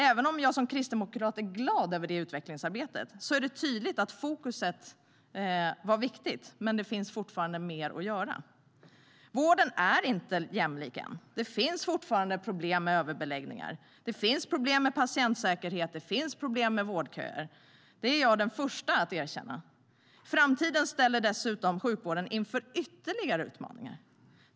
Även om jag som kristdemokrat är glad över det utvecklingsarbetet och att det är tydligt att fokus var viktigt finns det fortfarande mer att göra. Framtiden ställer dessutom sjukvården inför ytterligare utmaningar.